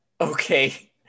okay